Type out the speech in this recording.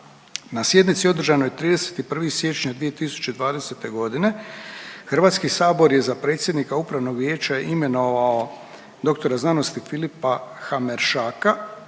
Na sjednici održanoj 31. siječnja 2020. godine Hrvatski sabor je za predsjednika Upravnog vijeća imenovao doktora znanosti Filipa Hameršaka.